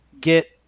get